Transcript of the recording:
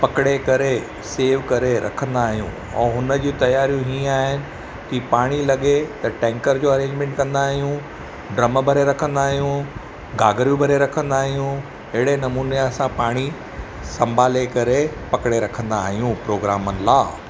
पकिड़े करे सेव करे रखंदा आहियूं ऐं हुन जूं तयारियूं हीअं आहिनि की पाणी लॻे त टेंकर जो अरेंजमेंट कंदा आहियूं ड्रम भरे रखंदा आहियूं घाघरियूं भरे रखंदा आहियूं अहिड़े नमूने असां पाणी संभाले करे पकिड़े रखंदा आहियूं प्रोग्रामनि लाइ